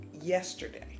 yesterday